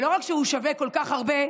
ולא רק שהוא שווה כל כך הרבה.